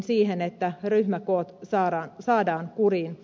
siihen että ryhmäkoot saadaan kuriin